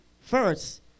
first